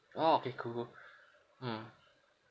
orh okay cool cool mm